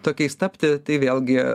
tokiais tapti tai vėlgi